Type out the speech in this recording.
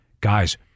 Guys